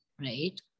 right